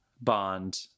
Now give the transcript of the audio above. Bond